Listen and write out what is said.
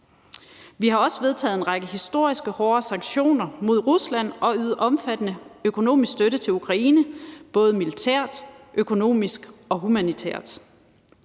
Vi har også vedtaget en række historisk hårde sanktioner mod Rusland og ydet omfattende økonomisk støtte til Ukraine, både militært, økonomisk og humanitært.